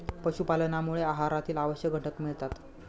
पशुपालनामुळे आहारातील आवश्यक घटक मिळतात